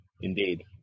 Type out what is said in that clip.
Indeed